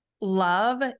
Love